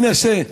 מנסה,